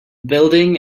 building